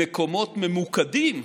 במקומות ממוקדים,